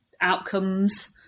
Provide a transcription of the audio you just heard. outcomes